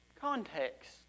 context